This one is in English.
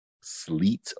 sleet